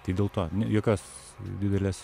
tai dėl to ne jokios didelės